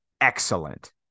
excellent